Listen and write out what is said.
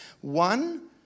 One